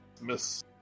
Miss